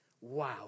Wow